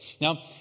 Now